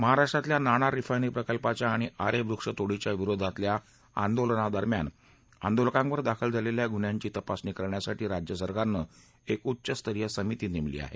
महाराष्ट्रातल्या नाणार रिफायनरी प्रकल्पाच्या आणि आरे वृक्षतोडीच्या विरोधातल्या आंदोलनादरम्यान आंदोलकांवर दाखल झालेल्या गुन्ह्यांची तपासणी करण्यासाठी राज्य सरकारनं एक उच्चस्तरीय समिती नेमली आहे